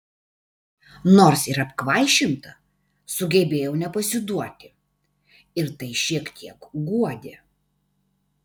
nors ir apkvaišinta sugebėjau nepasiduoti ir tai šiek tiek guodė